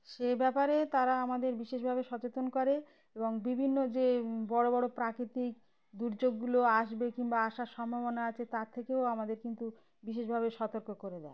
সে ব্যাপারে তারা আমাদের বিশেষভাবে সচেতন করে এবং বিভিন্ন যে বড় বড় প্রাকৃতিক দুর্যোগগুলো আসবে কিংবা আসার সম্ভাবনা আছে তার থেকেও আমাদের কিন্তু বিশেষভাবে সতর্ক করে দেয়